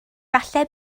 falle